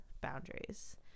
boundaries